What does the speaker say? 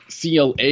CLA